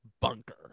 Bunker